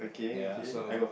ya so